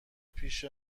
پیش